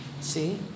See